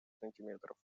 сантиметров